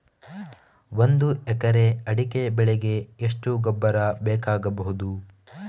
ಒಂದು ಎಕರೆ ಅಡಿಕೆ ಬೆಳೆಗೆ ಎಷ್ಟು ಗೊಬ್ಬರ ಬೇಕಾಗಬಹುದು?